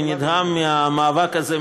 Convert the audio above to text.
אני נדהם מהמאבק הזה,